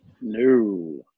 No